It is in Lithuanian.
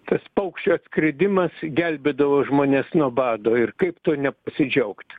tas paukščių atskridimas gelbėdavo žmones nuo bado ir kaip tuo nepasidžiaugt